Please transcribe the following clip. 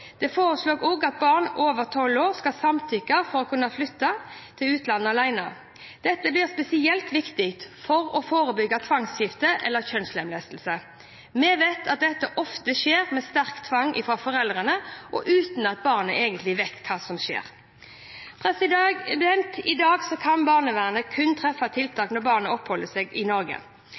Vi foreslår bl.a. at foreldre som ikke blir enige, får mulighet til å reise egen sak for domstolen om å flytte med barnet ut av landet. Det foreslås også at barn over 12 år skal samtykke for å kunne flytte til utlandet alene. Dette blir spesielt viktig for å forebygge tvangsgifte eller kjønnslemlestelse. Vi vet at dette ofte skjer ved sterk tvang fra foreldrene, og uten at barnet